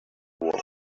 walk